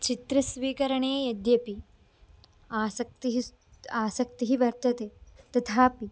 चित्रस्वीकरणे यद्यपि आसक्तिः स् आसक्तिः वर्तते तथापि